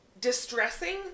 distressing